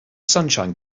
sunshine